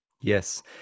Yes